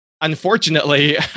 unfortunately